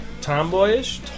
tomboyish